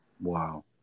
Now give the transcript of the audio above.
Wow